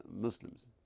Muslims